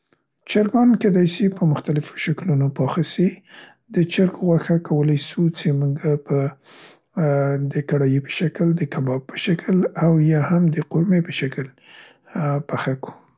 چرګان کیدای سي څې په مختلفو شکلونو پاخه سي، د چرګ غوښه کولای سو چې مونګه په د کړای په شکل، د کباب په شکل او یا هم د قورمې په شکل پخه کو.